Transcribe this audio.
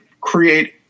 create